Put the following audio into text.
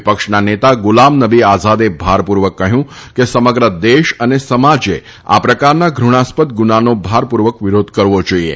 વિપક્ષના નેતા ગુલામનબી આઝાદે ભારપુર્વક કહયું કે સમગ્ર દેશ અને સમાજે આ પ્રકારના ધ્રુણાસ્પદ ગુનાનો ભાર પુર્વક વિરોધ કરવો જોઇએ